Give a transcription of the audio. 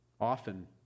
Often